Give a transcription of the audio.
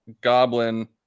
goblin